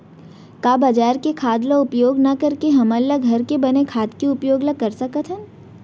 का बजार के खाद ला उपयोग न करके हमन ल घर के बने खाद के उपयोग ल कर सकथन?